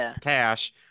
cash